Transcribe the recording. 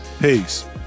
peace